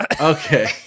Okay